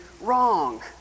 wrong